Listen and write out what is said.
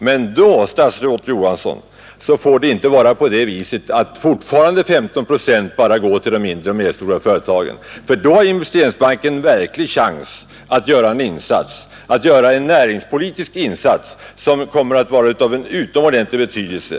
Men då, statsrådet Johansson, får det inte vara på det viset att fortfarande bara 15 procent får gå till de mindre och medelstora företagen. Investeringsbanken kommer då att ha en verklig chans och plikt att göra en näringspolitisk insats som kommer att vara av en utomordentlig betydelse.